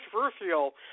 controversial